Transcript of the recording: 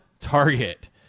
target